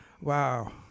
Wow